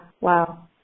wow